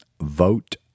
Vote